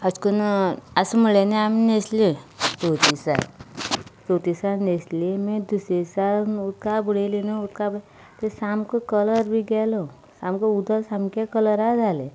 अशें करून आसूं म्हणलें आनी आमी न्हेसलीं चवथी दिसा चवथी दिसा न्हेसली मागीर दुसऱ्या दिसा उदकांत बुडयली न्हय उदकांत न्हय ताजो सामको कलर बी गेलो सामकें उदक बी कलराचें जालें